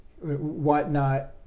whatnot